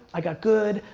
i got good,